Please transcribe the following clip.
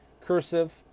cursive